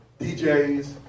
DJs